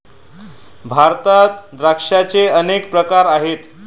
भारतात द्राक्षांचे अनेक प्रकार आहेत